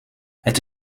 het